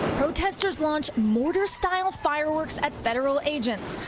protesters launch mortar style fireworks at federal agents.